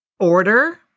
order